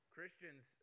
Christians